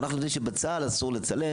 אנחנו יודעים שבצה"ל אסור לצלם